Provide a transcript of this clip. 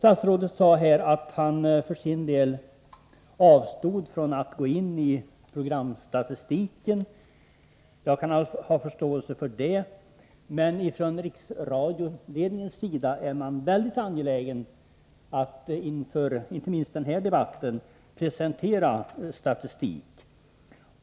Statsrådet sade att han för sin del avstod från att gå in i programstatistiken, och jag kan ha förståelse för det. Men från riksradioledningens sida är man mycket angelägen, inte minst inför denna debatt, om att presentera statistik.